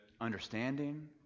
understanding